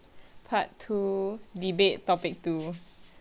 part two debate topic two